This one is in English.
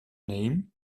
name